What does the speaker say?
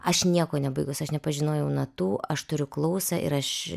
aš nieko nebaigus aš nepažinojau natų aš turiu klausą ir aš